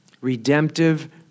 Redemptive